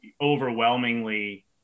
overwhelmingly